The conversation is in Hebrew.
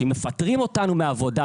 שאם מפטרים אותנו מהעבודה,